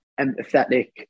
empathetic